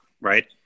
right